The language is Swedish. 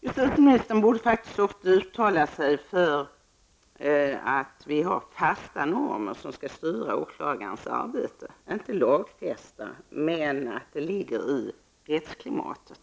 Justitieministern borde faktiskt också uttala sig för att vi skall ha fasta normer som skall styra åklagarens arbete. De behöver inte vara lagfästa, men de finns i rättsklimatet.